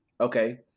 Okay